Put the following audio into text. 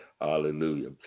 hallelujah